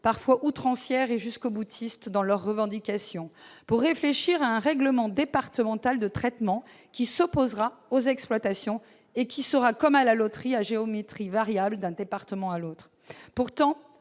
parfois outrancières et jusqu'au-boutistes pour réfléchir à un règlement départemental de traitement, qui s'opposera aux exploitations et qui sera à géométrie variable d'un département à l'autre. Pourtant,